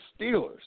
Steelers